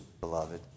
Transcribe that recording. beloved